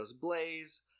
Blaze